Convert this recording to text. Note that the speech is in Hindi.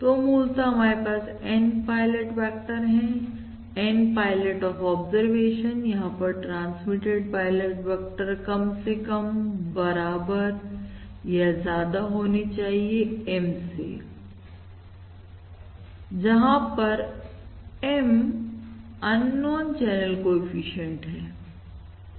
तो मूलतः हमारे पास N पायलट वेक्टर हैN पायलट ऑफ ऑब्जरवेशन यहां पर ट्रांसमिटेड पायलट वेक्टर कम से कम बराबर या ज्यादा होनी चाहिए M से जहां पर Mअननोन चैनल कोएफिशिएंट है